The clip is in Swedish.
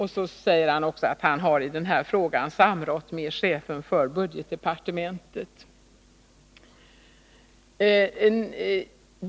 Han säger också att han i denna fråga har samrått med chefen för budgetdepartementet.